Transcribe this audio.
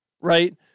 right